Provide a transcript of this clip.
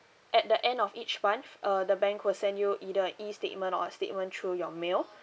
at the end of each month uh the bank will send you either a E statement or a statement through your mail